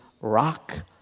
rock